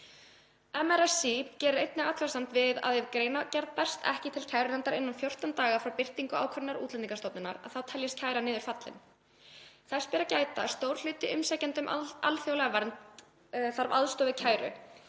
MRSÍ gerir einnig athugasemd við að ef greinargerð berst ekki til kærunefndar innan 14 daga frá birtingu ákvörðunar Útlendingastofnunar teljist kæra niður fallin. Þess ber að gæta að stór hluti umsækjenda um alþjóðlega vernd þarf aðstoð við kæru,